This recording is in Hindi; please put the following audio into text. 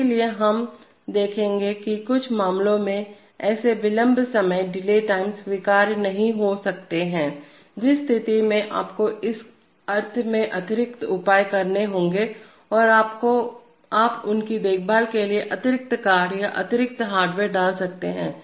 इसलिए हम देखेंगे कि कुछ मामलों में ऐसे विलंब समयडिले टाइम स्वीकार्य नहीं हो सकते हैं जिस स्थिति में आपको इस अर्थ में अतिरिक्त उपाय करने होंगे कि आप उनकी देखभाल के लिए अतिरिक्त कार्ड या अतिरिक्त हार्डवेयर डाल सकते हैं